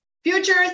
Futures